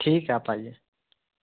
ٹھیک ہے آپ آئیے